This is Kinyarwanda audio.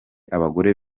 abagore